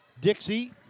Dixie